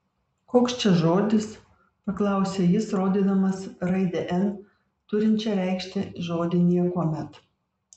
koks čia žodis paklausė jis rodydamas raidę n turinčią reikšti žodį niekuomet